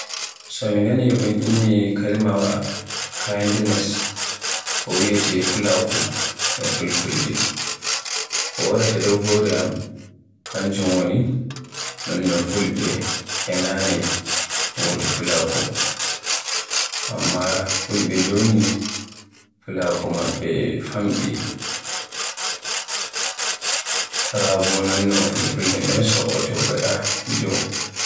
So mi nani un inni kalimaawa "kindness" ko wiyeete fulaaku e Fulfulde, ko waraata dow hore am kanjum woni non Fulɓe ɓe naane wodi fulaku, Amma Fulɓe joni fulaaku maɓɓe famɗi, raa bo non no demgal Fulfulde nden so'oto gaɗa joo.